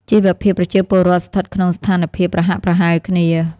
ជីវភាពប្រជាពលរដ្ឋស្ថិតក្នុងស្ថានភាពប្រហាក់ប្រហែលគ្នា។